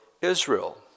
Israel